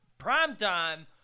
Primetime